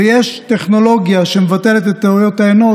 ויש טכנולוגיה שמבטלת את טעויות האנוש,